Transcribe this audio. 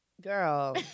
Girl